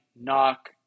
knock